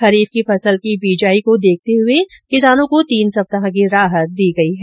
खरीफ की फसल की बिजाई को देखते हुए किसानों को तीन सप्ताह की राहत दी गयी है